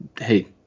hey